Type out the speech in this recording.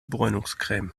bräunungscreme